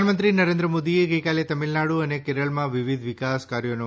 પ્રધાનમંત્રી નરેન્દ્ર મોદીએ ગઈકાલે તમિલનાડુ અને કેરળમાં વિવિધ વિકાસ કાર્યોનો